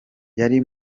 yari